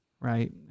right